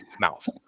mouth